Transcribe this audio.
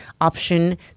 option